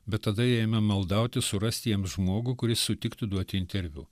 bet tada jie ėmė maldauti surasti jiems žmogų kuris sutiktų duoti interviu